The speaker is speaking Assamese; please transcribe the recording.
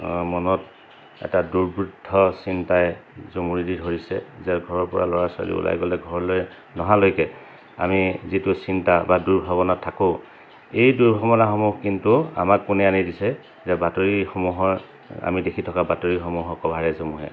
মনত এটা দুৰ্বৃদ্ধ চিন্তাই জমুৰি দি ধৰিছে যে ঘৰৰ পৰা ল'ৰা ছোৱালী ওলাই গ'লে ঘৰলৈ নহালৈকে আমি যিটো চিন্তা বা দুৰ্ভাৱনাত থাকোঁ এই দুৰ্ভাৱনাসমূহ কিন্তু আমাক কোনে আনি দিছে যে বাতৰিসমূহৰ আমি দেখি থকা বাতৰিসমূহৰ কভাৰেজসমূহে